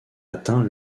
atteint